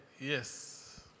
Yes